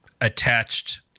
attached